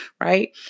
right